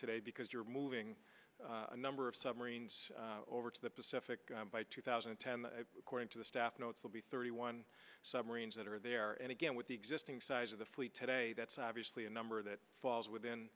today because you're moving a number of submarines over to the pacific by two thousand and ten according to the staff notes will be thirty one submarines that are there and again with the existing size of the fleet today that's obviously a number that falls within